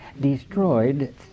destroyed